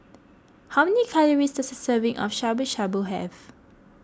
how many calories does a serving of Shabu Shabu have